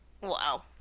Wow